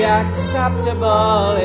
acceptable